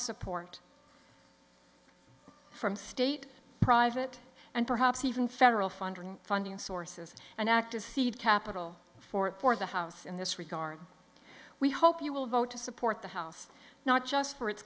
support from state private and perhaps even federal funding funding sources and act as seed capital for the house in this regard we hope you will vote to support the house not just for it